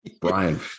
Brian